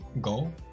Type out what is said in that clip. go